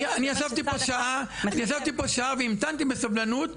אני ישבתי פה שעה והמתנתי בסבלנות,